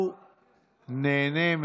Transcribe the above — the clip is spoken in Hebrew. תודה רבה.